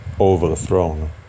overthrown